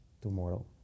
tomorrow